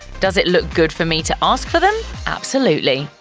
does it look good for me to ask for them? absolutely.